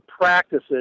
practices